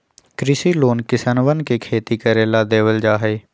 कृषि लोन किसनवन के खेती करे ला देवल जा हई